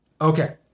Okay